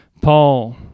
Paul